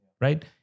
right